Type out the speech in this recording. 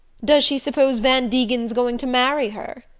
does she suppose van degen's going to marry her?